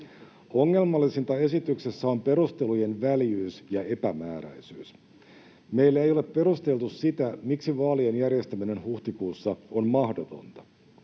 Ongelmallisinta esityksessä on perustelujen väljyys ja epämääräisyys. Meille ei ole perusteltu sitä, miksi vaalien järjestäminen huhtikuussa on mahdotonta.